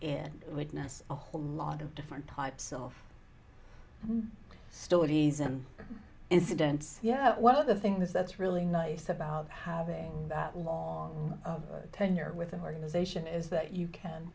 weakness a whole lot of different types of stories in incidents yeah one of the things that's really nice about having that long tenure with an organization is that you can